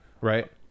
right